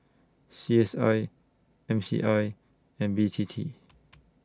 C S I M C I and B T T